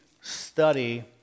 study